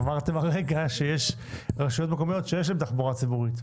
אמרתם הרגע שיש רשויות מקומיות שיש להם תחבורה ציבורית,